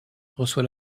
reçoit